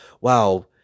wow